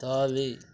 தாவி